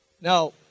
Now